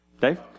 Dave